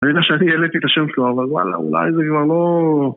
אני יודע שאני העליתי את השם שלו, אבל וואלה, אולי זה כבר לא...